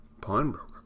Pawnbroker